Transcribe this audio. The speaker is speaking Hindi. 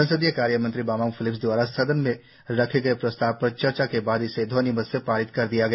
संसदीय कार्यमंत्री बमांग फेलिक्स द्वारा संदन में रखे गए प्रस्ताव पर चर्चा के बाद इसे ध्वनि मत से पारित कर दिया गया